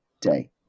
day